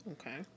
Okay